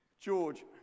George